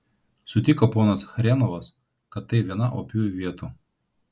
sutiko ponas chrenovas kad tai viena opiųjų vietų